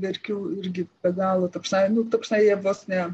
verkių irgi be galo toksai ta prasme vos ne